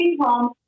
home